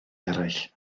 eraill